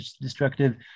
destructive